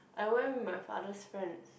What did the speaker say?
I went with my father's friends